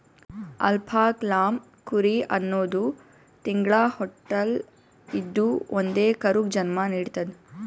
alpaca llama ಕುರಿ ಹನ್ನೊಂದ್ ತಿಂಗ್ಳ ಹೊಟ್ಟಲ್ ಇದ್ದೂ ಒಂದೇ ಕರುಗ್ ಜನ್ಮಾ ನಿಡ್ತದ್